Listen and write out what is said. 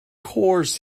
course